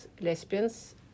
lesbians